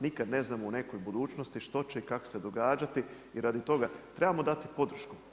Nikad ne znamo u nekoj budućnosti što će i kako se događati i radi toga trebamo dati podršku.